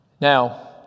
Now